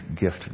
gift